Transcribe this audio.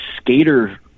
skater